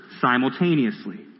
simultaneously